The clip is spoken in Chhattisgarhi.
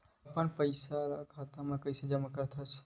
अपन पईसा खाता मा कइसे जमा कर थे?